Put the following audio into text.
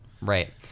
Right